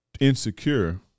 insecure